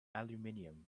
aluminium